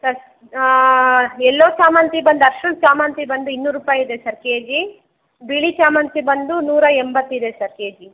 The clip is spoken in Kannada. ಸರ್ ಯೆಲ್ಲೋ ಶಾಮಂತಿ ಬಂದು ಅರ್ಶ್ನದ ಶಾಮಂತಿ ಬಂದು ಇನ್ನೂರು ರೂಪಾಯಿ ಇದೆ ಸರ್ ಕೆ ಜಿ ಬಿಳಿ ಶಾಮಂತಿಗೆ ಬಂದು ನೂರ ಎಂಬತ್ತಿದೆ ಸರ್ ಕೆ ಜಿ